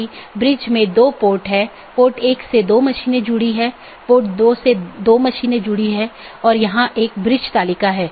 तो यह AS संख्याओं का एक सेट या अनुक्रमिक सेट है जो नेटवर्क के भीतर इस राउटिंग की अनुमति देता है